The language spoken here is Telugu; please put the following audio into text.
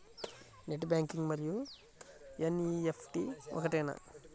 నెట్ బ్యాంకింగ్ మరియు ఎన్.ఈ.ఎఫ్.టీ ఒకటేనా?